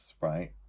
right